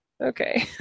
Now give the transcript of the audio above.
Okay